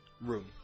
room